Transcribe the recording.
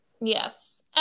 yes